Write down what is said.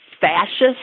fascist